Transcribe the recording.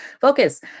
Focus